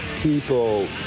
people